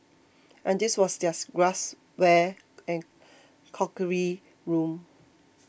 and this was their glassware and crockery room